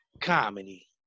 comedy